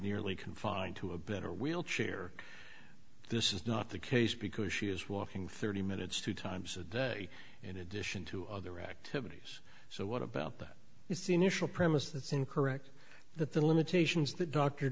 merely confined to a better wheelchair this is not the case because she is walking thirty minutes two times a day in addition to other activities so what about that is the initial premise that's incorrect that the limitations that d